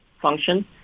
function